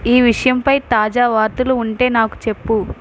ఈ విషయంపై తాజా వార్తలు ఉంటే నాకు చెప్పు